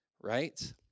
right